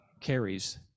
carries